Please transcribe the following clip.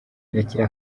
rekera